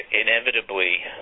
Inevitably